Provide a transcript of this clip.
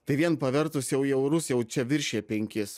tai vien pavertus jau į eurus jau čia viršija penkis